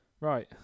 right